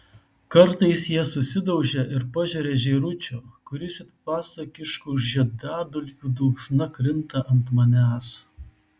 kartais jie susidaužia ir pažeria žėručio kuris it pasakiškų žiedadulkių dulksna krinta ant manęs